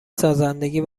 سازندگی